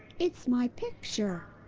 it's my picture!